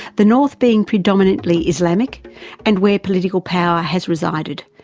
the north being predominately islamic and where political power has resided,